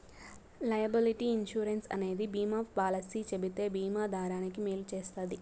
liability insurance అనేది బీమా policy చెబితే బీమా దారానికి మేలు చేస్తది